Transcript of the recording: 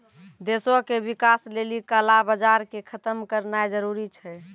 देशो के विकास लेली काला बजार के खतम करनाय जरूरी छै